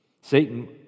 Satan